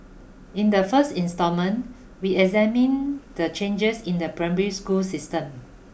in the first instalment we examine the changes in the primary school system